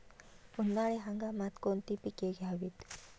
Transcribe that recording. उन्हाळी हंगामात कोणती पिके घ्यावीत?